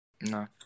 no